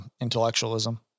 intellectualism